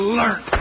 learn